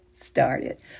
started